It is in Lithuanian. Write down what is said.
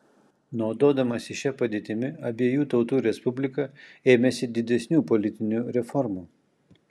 naudodamasi šia padėtimi abiejų tautų respublika ėmėsi didesnių politinių reformų